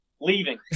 leaving